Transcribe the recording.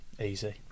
Easy